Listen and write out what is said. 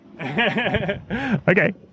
Okay